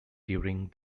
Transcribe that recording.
during